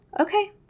Okay